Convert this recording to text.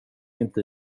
inte